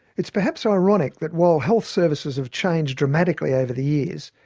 it's perhaps ironic that while health services have changed dramatically over the years,